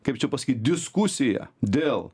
kaip čia pasakyt diskusija dėl